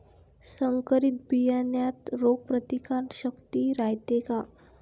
संकरित बियान्यात रोग प्रतिकारशक्ती रायते का?